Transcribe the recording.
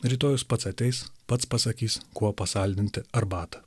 rytojus pats ateis pats pasakys kuo pasaldinti arbatą